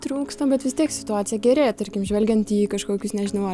trūksta bet vis tiek situacija gerėja tarkim žvelgiant į kažkokius nežinau